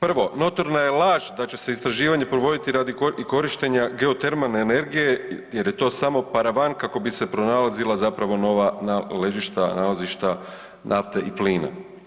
Prvo notorna je laž da će se istraživanje provoditi radi korištenja geotermalne energije jer je to samo paravan kako bi se pronalazila zapravo nova ležišta, nalazišta nafte i plina.